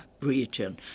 region